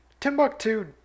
Timbuktu